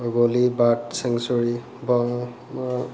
Bagali bird চেংচৰী